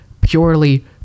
purely